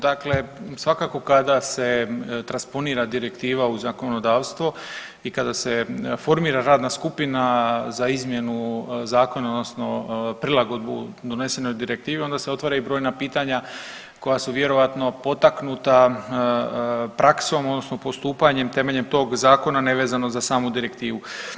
Dakle, svakako kada se transponira direktiva u zakonodavstvo i kada se formira radna skupina za izmjenu zakona odnosno prilagodbu donesenoj direktivi onda se otvara i brojna pitanja koja su vjerojatno potaknuta praksom odnosno postupanjem temeljem tog zakona nevezano za samu direktivu.